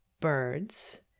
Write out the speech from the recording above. birds